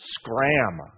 Scram